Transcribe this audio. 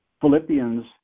Philippians